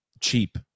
Cheap